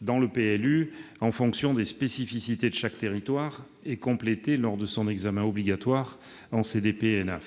dans le PLU en fonction des spécificités de chaque territoire et complété lors de son examen obligatoire par la